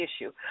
issue